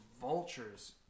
vultures